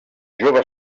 jove